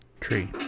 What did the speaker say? tree